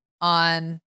on